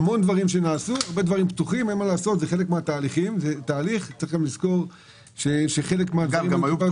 זה תהליך --- יש גם תהליכים שהיועץ